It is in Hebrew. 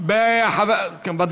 בהצעה של חברת הכנסת יעל גרמן.